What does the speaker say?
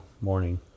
morning